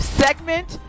segment